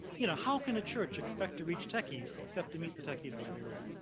you know, how can a church expect to reach techies except to meet the techies where they live.